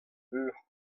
eur